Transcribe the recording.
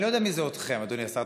אני לא יודע מי זה "אתכם", אדוני השר.